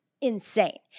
insane